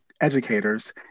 educators